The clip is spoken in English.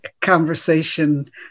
conversation